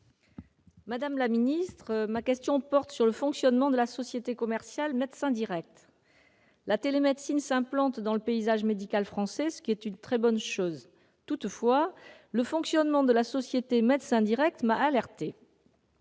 Madame la ministre, ma question porte sur le fonctionnement de la société commerciale MédecinDirect. La télémédecine s'implante dans le paysage médical français, ce qui est une très bonne chose. Toutefois, le fonctionnement de la société MédecinDirect m'a alertée.